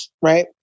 right